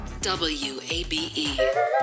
WABE